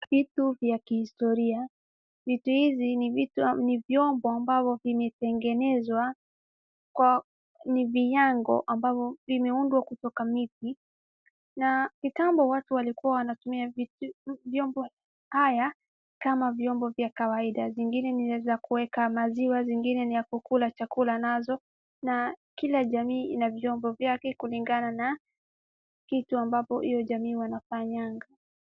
Vitu vya kihistoria, vitu hizi ni vitu au ni vyombo ambavyo vimetengenezwa kuwa ni vinyago ambapo imeundwa kutoka miti na kitambo watu walikua wanatumia vitu, vyombo haya kama vyombo vya kawaida, zingine ni za kuweka maziwa, zingine ni ya kukula chakula nazo, na kila jamii ina vyombo vyake kulingana na kitu ambapo hiyo jamii wanafanyanga.